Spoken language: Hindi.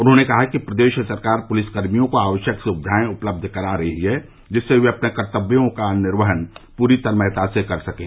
उन्होंने कहा कि प्रदेश सरकार पुलिसकर्मियों को आवश्यक सुविधाएं उपलब्ध करा रही है जिससे वे अपनों कर्तव्यों का निर्वहन पूरी तन्मयता से कर सकें